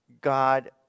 God